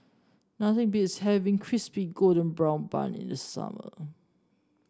nothing beats having Crispy Golden Brown Bun in the summer